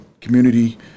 Community